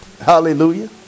Hallelujah